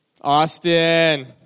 Austin